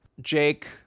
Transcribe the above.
Jake